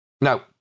Now